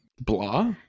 Blah